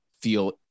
feel